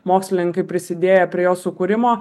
mokslininkai prisidėję prie jo sukūrimo